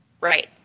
Right